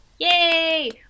Yay